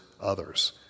others